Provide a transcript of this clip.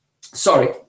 Sorry